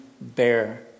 bear